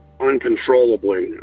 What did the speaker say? uncontrollably